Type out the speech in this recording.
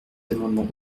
amendement